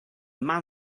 man